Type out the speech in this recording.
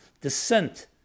descent